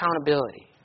accountability